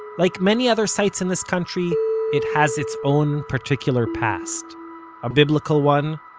like many other sites in this country it has its own particular past a biblical one,